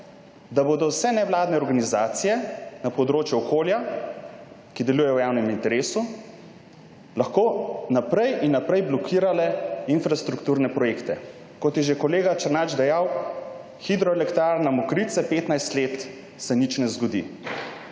da bodo vse nevladne organizacije na področju okolja, ki delujejo v javnem interesu, lahko naprej in naprej blokirale infrastrukturne projekte. Kot je že kolega Černač dejal, hidroelektrarna Mokrice, petnajst let se nič ne zgodi.